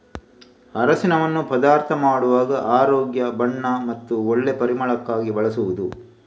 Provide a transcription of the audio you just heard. ಅರಸಿನವನ್ನ ಪದಾರ್ಥ ಮಾಡುವಾಗ ಆರೋಗ್ಯ, ಬಣ್ಣ ಮತ್ತೆ ಒಳ್ಳೆ ಪರಿಮಳಕ್ಕಾಗಿ ಬಳಸುದು